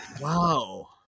Wow